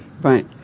Right